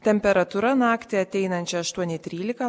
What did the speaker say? temperatūra naktį ateinančią aštuoni trylika